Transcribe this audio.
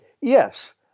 yes